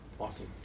Awesome